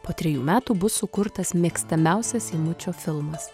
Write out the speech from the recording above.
po trejų metų bus sukurtas mėgstamiausias eimučio filmas